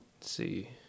see